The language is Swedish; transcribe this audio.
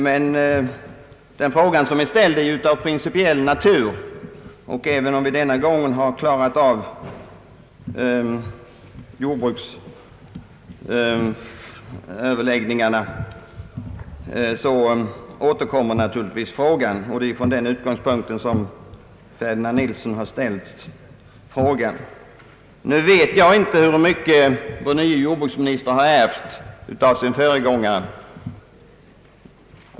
Men den fråga som är ställd är av principiell natur, och även om vi denna gång har klarat av jordbruksöverläggningarna återkommer naturligtvis frågan. Det är från den utgångspunkten som herr Ferdinand Nilsson har ställt densamma. Nu vet jag inte hur mycket den nye jordbruksministern har ärvt av sin föregångare.